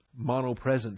monopresent